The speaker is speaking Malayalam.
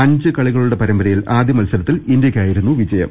അഞ്ച് കളികളുടെ പരമ്പ രയിൽ ആദ്യ മത്സരത്തിൽ ഇന്ത്യക്കായിരുന്നു വിജയം